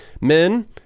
Men